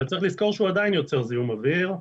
אבל צריך לזכור שהוא עדיין יוצר זיהום אוויר,